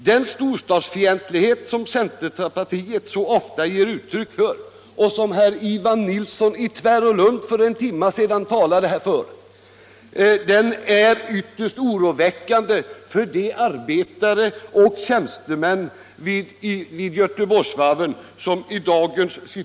Den storstadsfientlighet som centerpartiet så ofta ger uttryck för och som också för ett par timmar sedan herr Nilsson i Tvärålund talade om är i dagens situation ytterst oroväckande för arbetare och tjänstemän vid Göteborgsvarven.